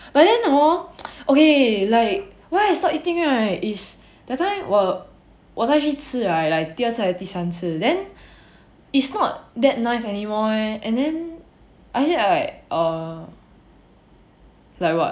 but then hor okay like why I stop eating right is that time 我我再去吃 like 第一次还是第三次 then is not that nice anymore leh and then actually like err like what